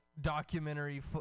documentary